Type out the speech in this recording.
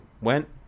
went